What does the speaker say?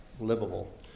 livable